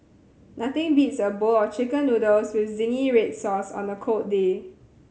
nothing beats a bowl of Chicken Noodles with zingy red sauce on a cold day